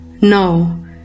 No